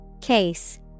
Case